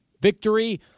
victory